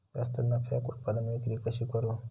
जास्त नफ्याक उत्पादन विक्री कशी करू?